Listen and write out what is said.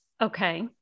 Okay